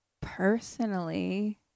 personally